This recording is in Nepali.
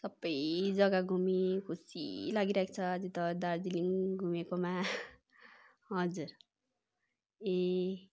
सबै जगा घुमी खुसी लागिरहेको छ अझ त्यो दार्जिलिङ घुमेकोमा हजुर ए